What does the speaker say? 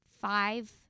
five